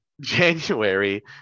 January